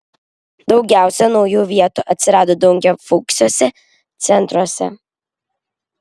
daugiausia naujų vietų atsirado daugiafunkciuose centruose